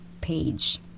page